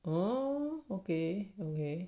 oh okay okay